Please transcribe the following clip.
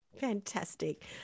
Fantastic